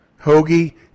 Hoagie